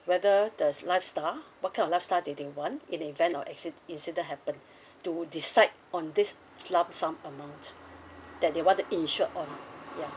whether the s~ lifestyle what kind of lifestyle that they want in the event of acci~ incident happen to decide on this s~ lump sum amount that they want to insured on ya